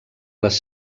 les